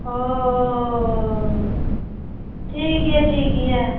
ᱚᱻ ᱴᱷᱤᱠ ᱜᱮᱭᱟ ᱴᱷᱤᱠ ᱜᱮᱭᱟ